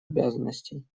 обязанностей